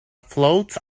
floats